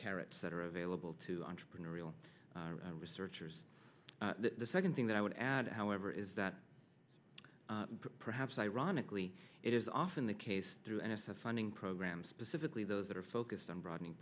carrots that are available to entrepreneurial researchers the second thing that i would add however is that perhaps ironically it is often the case through n s f funding programs specifically those that are focused on broadening